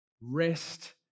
rest